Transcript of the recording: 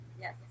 Yes